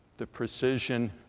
the precision,